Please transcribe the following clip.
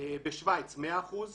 בשוויץ 100 אחוזים,